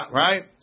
right